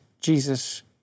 Jesus